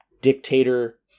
dictator